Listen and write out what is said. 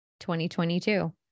2022